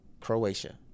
Croatia